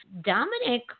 Dominic